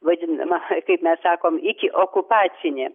vadinamą kaip mes sakom ikiokupacinį